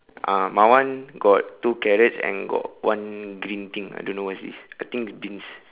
ah mine one got two carrots and got one green thing I don't know what is this I think beans